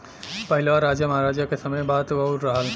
पहिलवा राजा महराजा के समय क बात आउर रहल